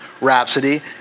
Rhapsody